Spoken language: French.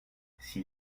s’il